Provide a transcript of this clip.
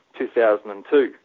2002